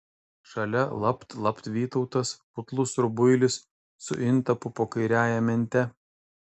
šalia lapt lapt vytautas putlus rubuilis su intapu po kairiąja mente